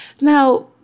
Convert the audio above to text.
Now